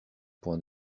point